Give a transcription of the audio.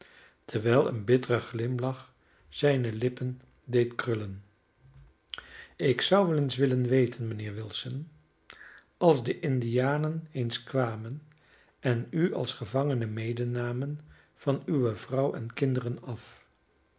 terwijl een bittere glimlach zijne lippen deed krullen ik zou wel eens willen weten mijnheer wilson als de indianen eens kwamen en u als gevangene medenamen van uwe vrouw en kinderen af